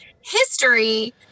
history